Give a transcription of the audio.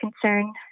concern